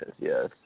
yes